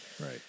Right